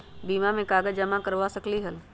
बीमा में कागज जमाकर करवा सकलीहल?